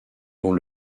dont